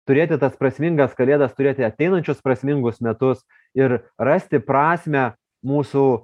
turėti tas prasmingas kalėdas turėti ateinančius prasmingus metus ir rasti prasmę mūsų